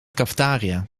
cafetaria